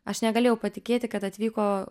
aš negalėjau patikėti kad atvyko